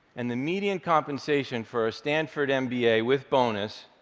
and the median compensation for a stanford mba, with bonus,